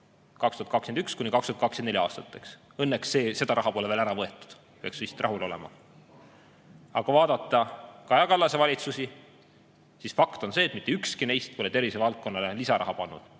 2021–2024. Õnneks seda raha pole veel ära võetud. Peaks vist rahul olema. Aga kui vaadata Kaja Kallase valitsusi, siis fakt on see, et ükski neist pole tervisevaldkonnale lisaraha pannud